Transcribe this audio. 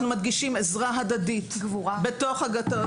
אנחנו מדגישים עזרה הדדית בתוך הגטאות.